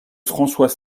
françois